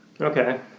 Okay